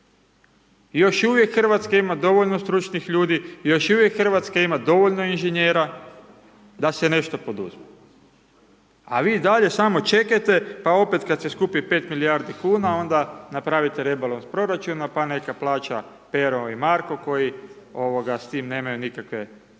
Još uvijek Hrvatska ima dovoljno stručnih ljudi, još uvijek Hrvatska ima dovoljno inženjera da se nešto poduzme, a vi i dalje samo čekajte, pa opet kad se skupi 5 milijardi kuna onda napravite rebalans proračuna, pa neka plaća Pero i Marko koji, ovoga, s time nemaju nikakve,